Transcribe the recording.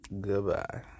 Goodbye